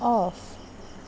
off